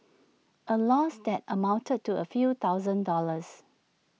A loss that amounted to A few thousand dollars